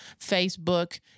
Facebook